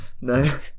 No